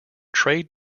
trade